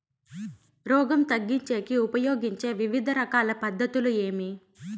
రోగం తగ్గించేకి ఉపయోగించే వివిధ రకాల పద్ధతులు ఏమి?